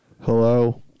Hello